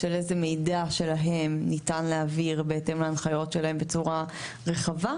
של איזה מידע שלהם ניתן להעביר בהתאם להנחיות שלהם בצורה רחבה.